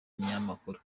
binyamakuru